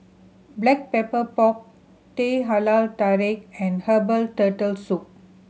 Black Pepper Pork Teh Halia Tarik and herbal Turtle Soup